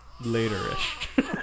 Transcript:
Later-ish